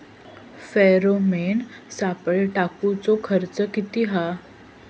Pheromone सापळे टाकूचो खर्च किती हा?